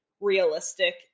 realistic